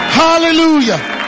hallelujah